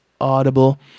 audible